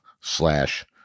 slash